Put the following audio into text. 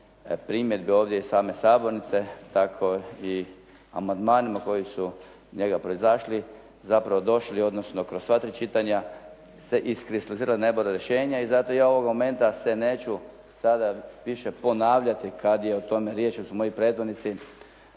primjedbe ovdje iz same sabornice tako i amandmanima koji su iz njega proizašli zapravo došli odnosno kroz sva tri čitanja su se iskristalizirala najbolja rješenja. I zato ja ovog momenta se neću sada više ponavljati kad je o tome riječ jer su moji prethodnici